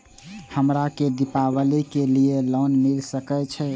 हमरा के दीपावली के लीऐ लोन मिल सके छे?